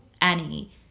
Annie